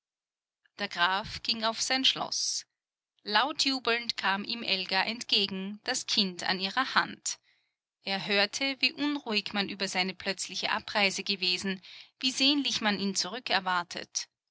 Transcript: der graf ging auf sein schloß laut jubelnd kam ihm elga entgegen das kind an ihrer hand er hörte wie unruhig man über seine plötzliche abreise gewesen wie sehnlich man ihn